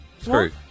screw